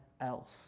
else